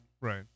Right